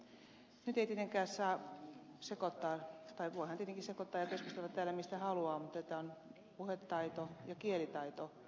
nyt ei tietenkään saa sekoittaa tai voihan tietenkin sekoittaa ja keskustella täällä mistä haluaa mutta on olemassa puhetaito ja kielitaito